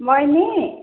बहिनी